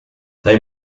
they